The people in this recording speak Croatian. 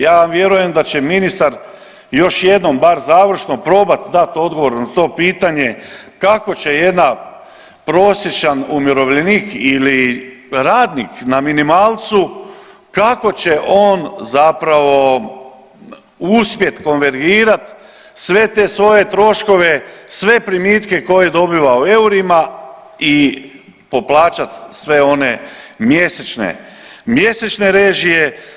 Ja vjerujem da će ministar još jednom bar završno probati dati odgovor na to pitanje kako će jedan prosječan umirovljenik ili radnik na minimalcu, kako će on zapravo uspjet konvergirat sve te svoje troškove, sve primitke koje dobiva u eurima i poplaćat sve one mjesečne režije.